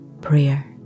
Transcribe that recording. prayer